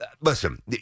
listen